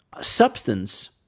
substance